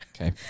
Okay